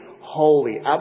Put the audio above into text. holy